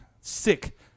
sick